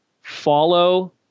follow